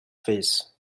face